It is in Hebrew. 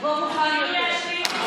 תבוא מוכן יותר.